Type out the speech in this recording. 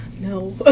No